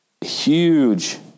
Huge